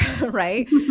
right